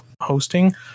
hosting